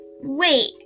Wait